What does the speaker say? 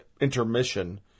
intermission